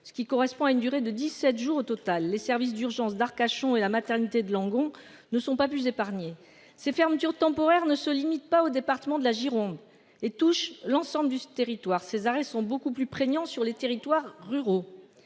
ce qui correspond à une durée de 17 jours au total, les services d'urgence d'Arcachon et la maternité de Langon ne sont pas plus épargné ces fermetures temporaires ne se limite pas au département de la Gironde et touche l'ensemble du territoire. Ces arrêts sont beaucoup plus prégnant sur les territoires ruraux.